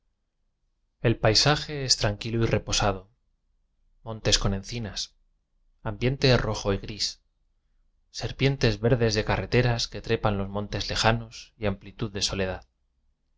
i paisaje es tranquilo y reposado mon tes con encinas ambiente rojo y gris ser pientes verdes de carreteras que trepan los montes lejanos y amplitud de soledad